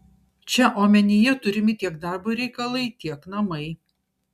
čia omenyje turimi tiek darbo reikalai tiek namai